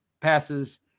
passes